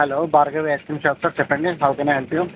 hello Bhargavi ice cream shop sir చెప్పండి how can I help you